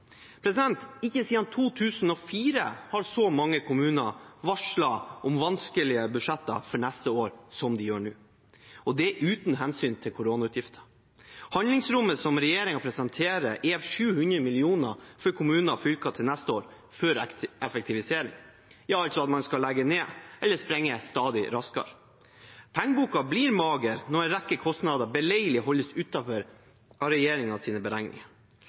Ikke siden 2004 har så mange kommuner varslet om vanskelige budsjetter for neste år som nå, og det er uten hensyn til koronautgifter. Handlingsrommet som regjeringen presenterer, er 700 mill. kr for kommuner og fylker til neste år før effektivisering – ja, altså at man skal legge ned, eller springe stadig raskere. Pengeboka blir mager når en rekke kostnader beleilig holdes utenfor av regjeringens beregninger.